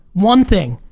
one thing,